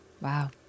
Wow